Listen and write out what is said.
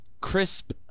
Crisp